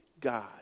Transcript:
God